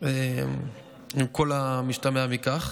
עם כל המשתמע מכך.